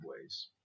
ways